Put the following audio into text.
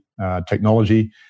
technology